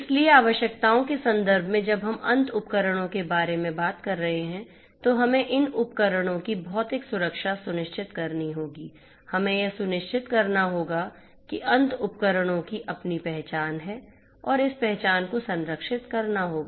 इसलिए आवश्यकताओं के संदर्भ में जब हम अंत उपकरणों के बारे में बात कर रहे हैं तो हमें इन उपकरणों की भौतिक सुरक्षा सुनिश्चित करनी होगी हमें यह सुनिश्चित करना होगा कि अंत उपकरणों की अपनी पहचान है और इस पहचान को संरक्षित करना होगा